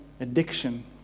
addiction